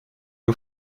aux